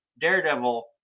Daredevil